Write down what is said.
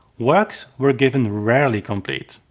works were given rarely complete.